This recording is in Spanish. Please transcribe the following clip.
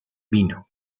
vino